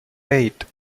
eight